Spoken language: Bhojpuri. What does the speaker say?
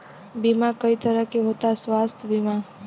बीमा कई तरह के होता स्वास्थ्य बीमा?